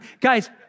guys